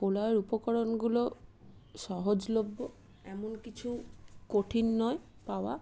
পোলাওয়ের উপকরণগুলো সহজলভ্য এমন কিছু কঠিন নয় পাওয়া